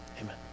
amen